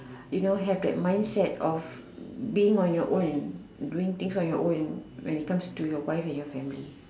you know have the mindset of being on your own doing things on you own when it comes to your wife and your family